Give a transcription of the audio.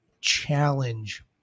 Challenge